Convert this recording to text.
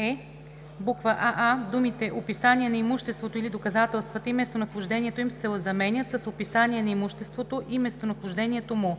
в буква „е“: аа) думите „Описание на имуществото или доказателствата и местонахождението им“ се заменят с „Описание на имуществото и местонахождението му“;